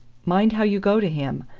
mind how you go to him.